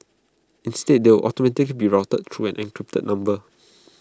instead they will automatically be routed through an encrypted number